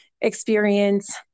experience